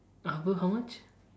above how much